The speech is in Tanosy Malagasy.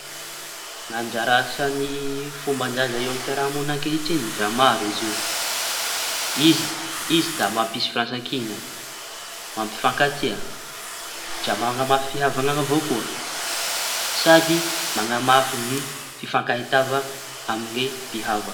Ny anjara asan'ny fomban-draza eo amy fiaraha-moñina ankehitriñy dra maro izy io. Izy da mampisy firaisan-kiña mampifankatia dra mañamafy fihavañana avao koa sady mañamafy ny fifankahitava amin'ny mpihava.